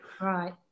Right